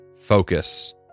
focus